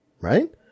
right